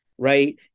right